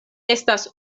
estas